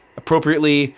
appropriately